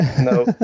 No